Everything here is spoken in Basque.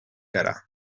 gara